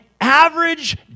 average